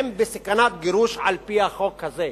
הם בסכנת גירוש על-פי החוק הזה,